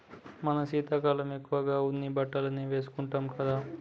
మనం శీతాకాలం ఎక్కువగా ఉన్ని బట్టలనే వేసుకుంటాం కదా